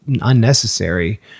unnecessary